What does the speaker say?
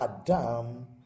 adam